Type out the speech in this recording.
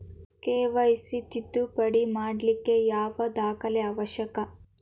KYC ತಿದ್ದುಪಡಿ ಮಾಡ್ಲಿಕ್ಕೆ ಯಾವ ದಾಖಲೆ ಅವಶ್ಯಕ?